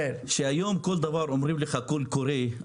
היום כל דבר אומרים לך קול קורא,